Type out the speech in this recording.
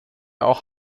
auch